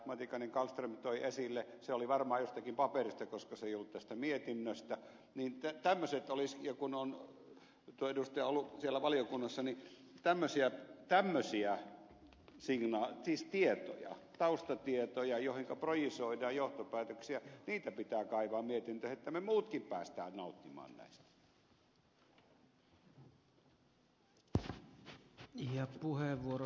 matikainen kallström toi esille oli varmaan jostakin paperista koska se ei ollut tästä mietinnöstä ja kun on tuo edustaja ollut siellä valiokunnassa tämmöisiä tietoja taustatietoja joihinka projisoidaan johtopäätöksiä pitää kaivaa mietintöihin jotta me muutkin pääsemme nauttimaan niistä